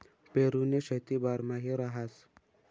पेरुनी शेती बारमाही रहास